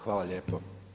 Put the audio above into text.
Hvala lijepo.